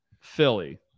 Philly